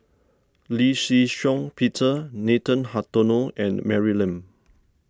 Lee Shih Shiong Peter Nathan Hartono and Mary Lim